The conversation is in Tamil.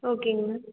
ஓகேங்க மேம்